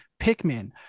Pikmin